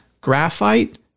Graphite